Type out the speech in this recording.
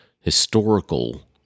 historical